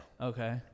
Okay